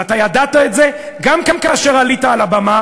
אתה ידעת את זה גם כאשר עלית על הבמה